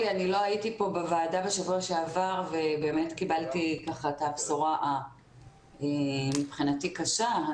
לא הייתי בישיבת הוועדה בשבוע שעבר וקיבלתי את הבשורה מבחינתי קשה.